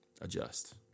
Adjust